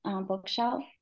Bookshelf